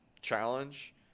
Challenge